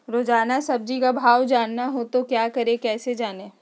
रोजाना सब्जी का भाव जानना हो तो क्या करें कैसे जाने?